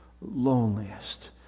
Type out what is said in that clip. loneliest